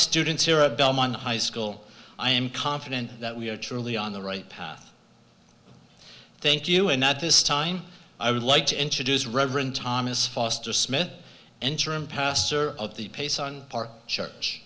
students here at belmont high school i am confident that we are truly on the right path thank you and that this time i would like to introduce reverend thomas foster smith interim pastor of the pace on our church